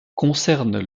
concernent